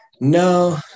No